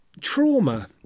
Trauma